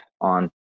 on